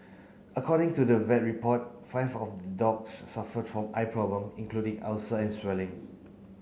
according to the vet report five of the dogs suffered from eye problem including ulcer and swelling